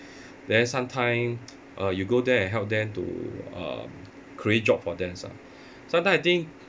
then sometime uh you go there and help them to uh create job for them ah sometime I think